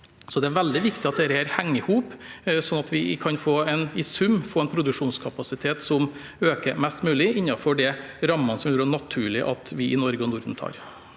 Det er veldig viktig at dette henger sammen, slik at vi i sum kan få en produksjonskapasitet som øker mest mulig innenfor de rammene det vil være naturlig at vi i Norge og Norden har.